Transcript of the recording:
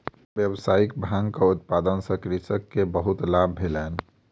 व्यावसायिक भांगक उत्पादन सॅ कृषक के बहुत लाभ भेलैन